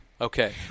Okay